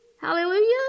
Hallelujah